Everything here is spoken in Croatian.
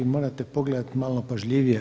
Morate pogledati malo pažljivije.